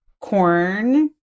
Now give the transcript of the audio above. corn